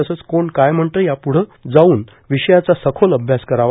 तसंच कोण काय म्हणतं यापुढं ही जाऊन विषयाचा सखोल अभ्यास करावा